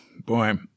Boy